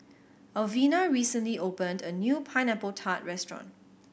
Alvena recently opened a new Pineapple Tart restaurant